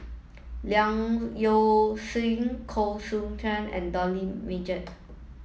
Leong Koh Seow Chuan and Dollah Majid